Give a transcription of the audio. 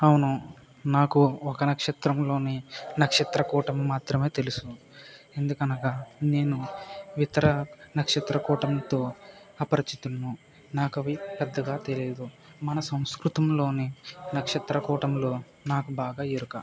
అవును నాకు ఒక నక్షత్రంలోని నక్షత్రకూటం మాత్రమే తెలుసు ఎందుకనగా నేను ఇతర నక్షత్ర కూటంతో అపరిచితుడను నాకు అవి పెద్దగా తెలియదు మన సంస్కృతంలోని నక్షత్రకూటమిలో నాకు బాగా ఎరుక